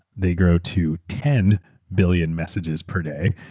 they grow to ten billion messages per day.